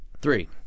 Three